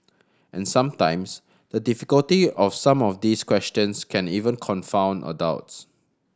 and sometimes the difficulty of some of these questions can even confound adults